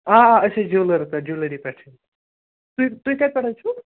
آ آ أسۍ چھِ جِیولٲرٕس پیٚٹھ جِیولَری پیٚٹھ تُہۍ تُہۍ کَتہِ پیٚٹھ حظ چھُو